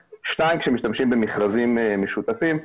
2. כשמשתמשים במכרזים משותפים,